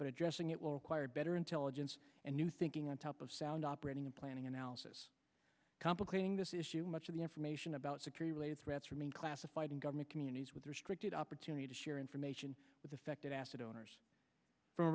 but addressing it will require better intelligence and new thinking on top of sound operating and planning analysis complicating this issue much of the information about security threats remain classified in government communities with restricted opportunity to share information with affected acid owners